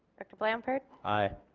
director blanford aye.